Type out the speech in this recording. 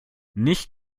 nicht